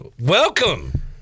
Welcome